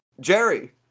Jerry